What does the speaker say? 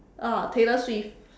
oh Taylor-Swift